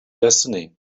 destiny